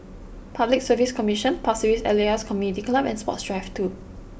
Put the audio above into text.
Public Service Commission Pasir Ris Elias Community Club and Sports Drive two